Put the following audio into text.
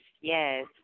yes